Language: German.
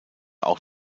auch